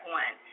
one